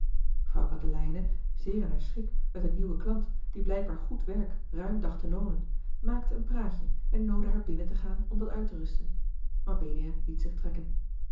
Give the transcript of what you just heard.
vrouw katelijne zeer in haar schik met een nieuwen klant die blijkbaar goed werk ruim dacht te loonen maakte een praatje en noodde haar binnen te gaan om wat uit te rusten mabelia liet zich trekken